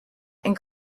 and